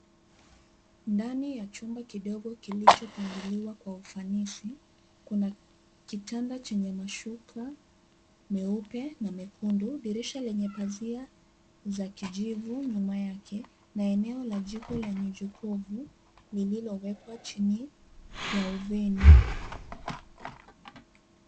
Ndani ya chumba kidogo kilichopangiliwa kwa ufanisi, kuna kitanda chenye mashuka meupe na mekundu. Dirisha lenye pazia za kijivu nyuma yake na eneo la jiko lenye jokovu lililowekwa chini ya oveni.